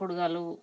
ಕುಡ್ಗೊಲು